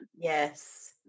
yes